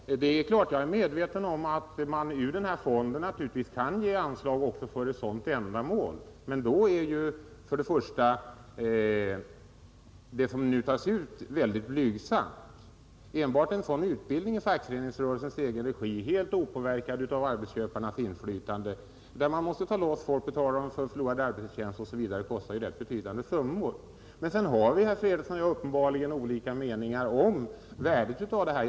Fru talman! Det är klart att jag är medveten om att man ur denna fond kan ge anslag också för ett sådant ändamål. Men då är vad som nu tas ut ett blygsamt belopp. Enbart en sådan utbildning i fackföreningsrörelsens egen regi — helt opåverkad av arbetsköparnas inflytande och där man måste ta loss folk och betala dem för förlorad arbetsförtjänst — kostar betydande summor. Men sedan har vi, herr Fredriksson, uppenbarligen olika meningar om värdet av denna utbildning.